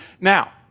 Now